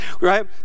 Right